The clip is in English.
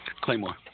Claymore